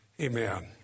amen